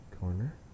corner